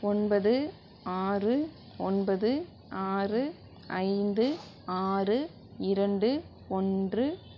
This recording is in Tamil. ஒன்பது ஆறு ஒன்பது ஆறு ஐந்து ஆறு இரண்டு ஒன்று